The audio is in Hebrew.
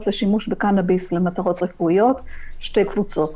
לשימוש בקנביס למטרות רפואיות שתי קבוצות.